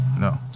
No